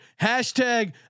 hashtag